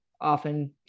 often